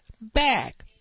back